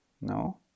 No